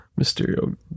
Mysterio